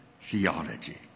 theology